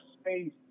space